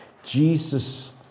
Jesus